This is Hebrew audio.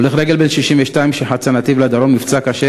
הולך רגל בן 62 שחצה נתיב לדרום נפצע קשה